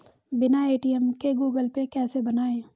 बिना ए.टी.एम के Google Pay कैसे बनायें?